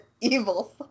evil